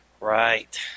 Right